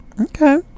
Okay